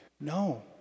No